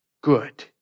good